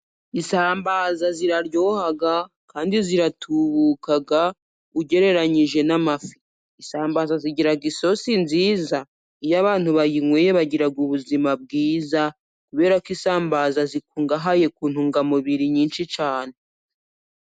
Isambaza ziraryoha kandi ziratubukabuka ugereranyije n'amafi. Isambaza zigira isosi nziza iyo abantu bayinyweye bagira ubuzima bwiza, kubera ko isambaza zikungahaye ku ntungamubiri nyinshi cyane.